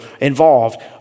involved